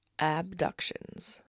Abductions